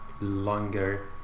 longer